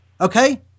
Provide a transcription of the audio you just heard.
Okay